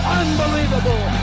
unbelievable